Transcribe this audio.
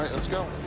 let's go.